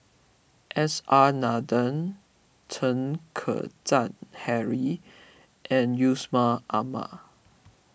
S R Nathan Chen Kezhan Henri and Yusman Aman